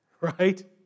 Right